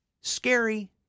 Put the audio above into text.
Scary